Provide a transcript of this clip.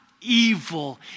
evil